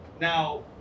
now